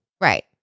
Right